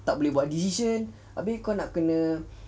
tak boleh buat decision abeh kau nak kena